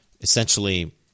essentially